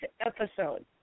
episode